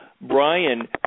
Brian